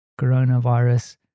coronavirus